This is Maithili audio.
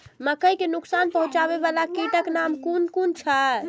मके के नुकसान पहुँचावे वाला कीटक नाम कुन कुन छै?